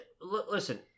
Listen